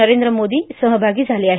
नरेंद्र मोदी सहभागी झाले आहेत